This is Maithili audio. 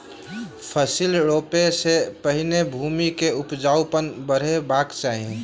फसिल रोपअ सॅ पहिने भूमि के उपजाऊपन बढ़ेबाक चाही